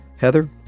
Heather